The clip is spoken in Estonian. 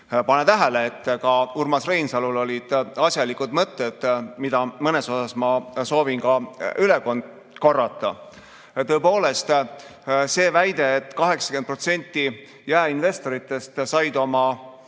pane tähele! Urmas Reinsalul olid asjalikud mõtted, mida ma mõneti soovin ka üle korrata. Tõepoolest, see väide, et 80% jaeinvestoritest sai